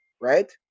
Right